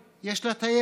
יש לה את הכלים,